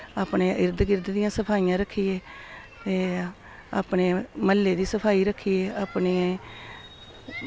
अपने इर्द गिर्द दियां सफाइयां रक्खियै ते अपने म्हल्ले दी सफाई रक्खियै अपने